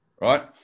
right